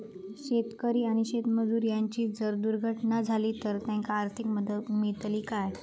शेतकरी आणि शेतमजूर यांची जर दुर्घटना झाली तर त्यांका आर्थिक मदत मिळतली काय?